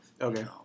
Okay